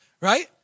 right